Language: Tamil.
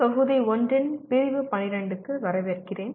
தொகுதி 1 இன் பிரிவு 12 க்கு வரவேற்கிறேன்